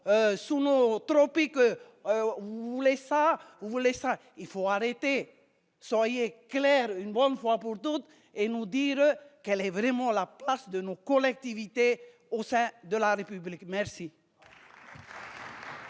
sous nos tropiques, vous voulez savoir vous voulez ça il faut arrêter son allié claires une bonne fois pour toutes et nous dire quelle est vraiment la place de nos collectivités au sein de la République, merci.